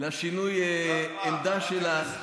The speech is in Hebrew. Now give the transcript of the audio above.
לשינוי העמדה שלך?